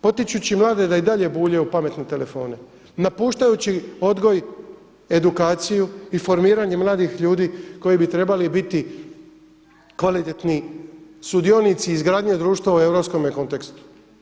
Potičući mlade da i dalje bulje u pametne telefone, napuštajući odgoj, edukaciju i formiranje mladih ljudi koji bi trebali biti kvalitetni sudionici izgradnje društva u europskome kontekstu.